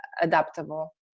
adaptable